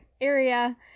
area